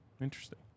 Interesting